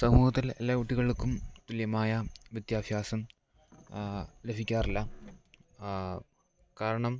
സമൂഹത്തിൽ എല്ലാ കുട്ടികൾക്കും തുല്യമായ വിദ്യാഭ്യാസം ലഭിക്കാറില്ല കാരണം